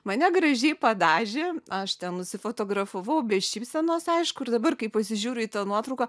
mane gražiai padažė aš ten nusifotografavau be šypsenos aišku ir dabar kai pasižiūriu į tą nuotrauką